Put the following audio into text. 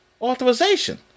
authorization